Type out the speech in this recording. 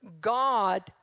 God